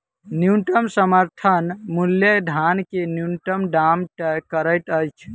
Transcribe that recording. न्यूनतम समर्थन मूल्य धान के न्यूनतम दाम तय करैत अछि